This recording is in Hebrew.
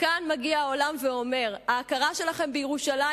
כאן מגיע העולם ואומר: ההכרה שלכם בירושלים